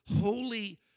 holy